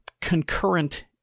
concurrent